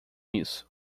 isso